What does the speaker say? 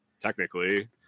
technically